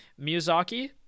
Miyazaki